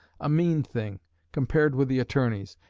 a mean thing compared with the attorney's,